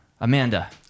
Amanda